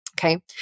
Okay